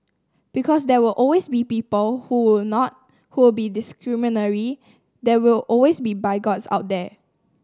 because there will always be people who will not who will be discriminatory there will always be bigots out there